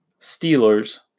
Steelers